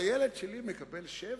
הילד שלי מקבל 7?